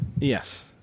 Yes